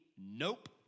nope